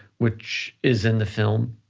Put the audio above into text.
which is in the film,